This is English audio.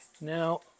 Now